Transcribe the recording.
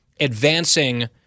advancing